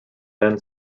then